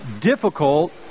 difficult